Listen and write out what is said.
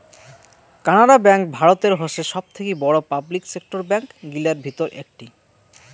Canara bank ভারতের হসে সবথাকি বড়ো পাবলিক সেক্টর ব্যাঙ্ক গিলার ভিতর একটি